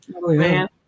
Man